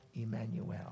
Emmanuel